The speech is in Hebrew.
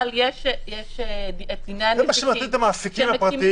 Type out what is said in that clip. אבל יש דיני הנזיקין שמקימים -- זה מה שמעסיק את המעסיקים הפרטיים,